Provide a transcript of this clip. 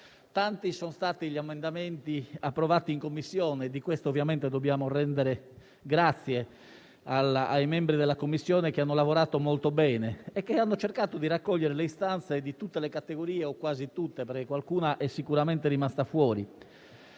Tanti sono stati gli emendamenti approvati in Commissione e di questo, ovviamente, dobbiamo rendere grazie ai suoi membri che hanno lavorato molto bene e che hanno cercato di raccogliere le istanze di tutte le categorie, o quasi perché qualcuna è sicuramente rimasta fuori.